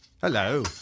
Hello